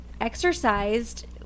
exercised